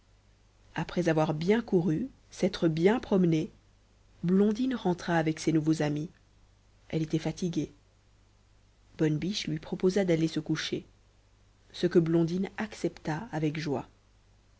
après avoir bien couru s'être bien promenée blondine rentra avec ses nouveaux amis elle était fatiguée bonne biche lui proposa d'aller se coucher ce que blondine accepta avec joie